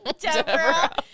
Deborah